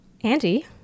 Andy